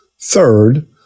Third